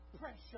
pressure